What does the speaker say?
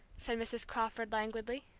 said mrs. crawford, languidly.